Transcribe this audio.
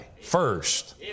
first